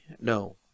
no